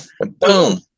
Boom